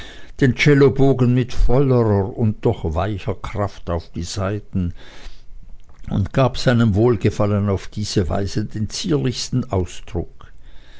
den cellobogen mit vollerer und doch weicher kraft auf die saiten und gab seinem wohlgefallen auf diese weise den zierlichsten ausdruck